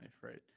right